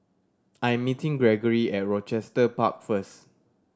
I'm meeting Gregory at Rochester Park first